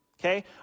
Okay